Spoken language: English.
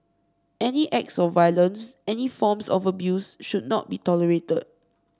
any acts of violence any forms of abuse should not be tolerated